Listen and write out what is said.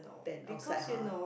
than outside !huh!